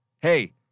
Hey